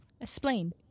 Explain